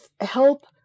help